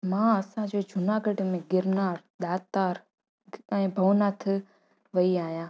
मां असांजे जूनागढ़ में गिरनार दातार किथा इहो भवनाथ वेई आहियां